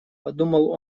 подумал